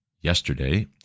yesterday